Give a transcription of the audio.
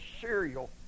cereal